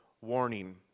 warning